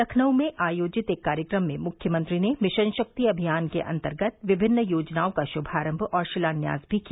लखनऊ में आयोजित एक कार्यक्रम में मुख्यमंत्री ने मिशन शक्ति अभियान के अन्तर्गत विभिन्न योजनाओं का शुभारम्भ और शिलान्यास भी किया